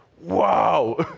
wow